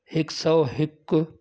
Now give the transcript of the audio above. हिकु सौ हिकु